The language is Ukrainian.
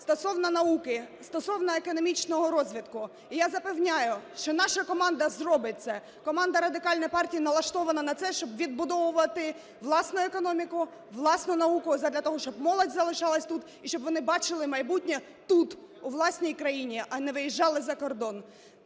стосовно науки, стосовно економічного розвитку. І я запевняю, що наша команда зробить це, команда Радикальної партії налаштована на це, щоб відбудовувати власну економіку, власну науку задля того, щоб молодь залишалась тут і щоб вони бачили майбутнє тут, у власній країні, а не виїжджали за кордон.